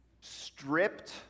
stripped